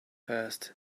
passed